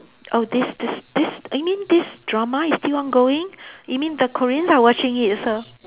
oh this this this you mean this drama is still ongoing you mean the Koreans are watching it also